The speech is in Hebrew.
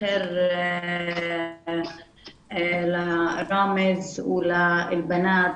בוקר טוב לראמז ולבנות,